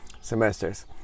semesters